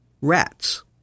Rats